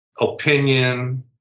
opinion